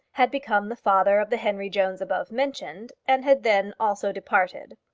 had become the father of the henry jones above mentioned, and had then also departed.